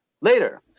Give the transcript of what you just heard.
later